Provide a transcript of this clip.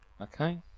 Okay